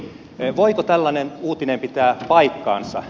voiko tällainen uutinen pitää paikkaansa